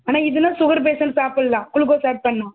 ஆனால் இதெல்லாம் sugar patient சாப்பிடலாம் குளுக்கோஸ் ஆட் பண்ணால்